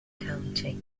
county